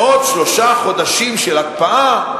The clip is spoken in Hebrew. לעוד שלושה חודשים של הקפאה,